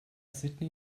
sydney